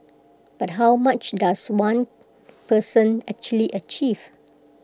but how much does one person actually achieve